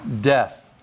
death